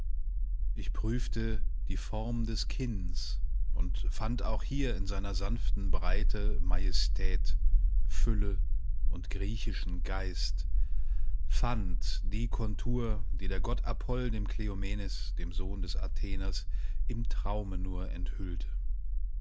ich prüfte die form des kinns und fand auch hier in seiner sanften breite majestät fülle und griechischen geist fand die kontur die der gott apoll dem kleomenes dem sohn des atheners im traume nur enthüllte